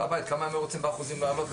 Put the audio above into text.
כמה הם היו רוצים להעלות באחוזים בהר הבית?